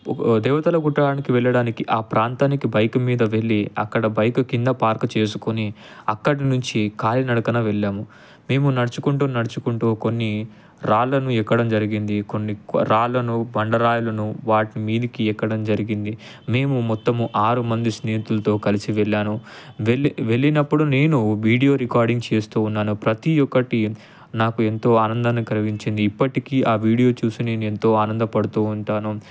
దేవతల గుట్ట ఆడికి వెళ్లడానికి ఆ ప్రాంతానికి బైక్ మీద వెళ్లి అక్కడ బైకు కింద పార్కు చేసుకొని అక్కడి నుంచి కాలినడకన వెళ్లాము మేము నడుచుకుంటూ నడుచుకుంటూ కొన్ని రాళ్ళను ఎక్కడం జరిగింది కొన్ని రాళ్ళను బండరాళ్లను వాటి మీదకి ఎక్కడం జరిగింది మేము మొత్తము ఆరు మంది స్నేహితులతో కలిసి వెళ్లాను వెళ్ళి వెళ్ళినప్పుడు నేను వీడియో రికార్డింగ్ చేస్తూ ఉన్నాను ప్రతి ఒక్కటి నాకు ఎంతో ఆనందాన్ని కలిగించింది ఇప్పటికీ ఆ వీడియో చూసి నేను ఎంతో ఆనంద పడుతూ ఉంటాను